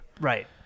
Right